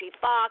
Fox